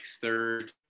third